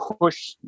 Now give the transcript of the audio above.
push